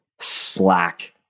Slack